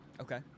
Okay